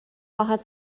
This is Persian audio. باهات